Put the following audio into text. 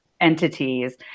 entities